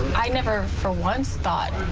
i never for once thought.